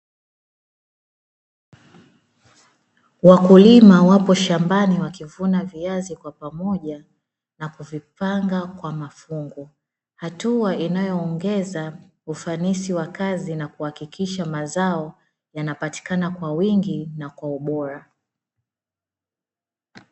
Wakulima wapo shambani wakivuna viazi kwa pamoja na kuvipanga kwa mafungu hatua inayoongeza ufanisi wa kazi na kuhakikisha mazao yanapatikana kwa wingi na kwa ubora.